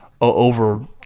over